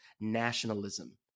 nationalism